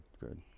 good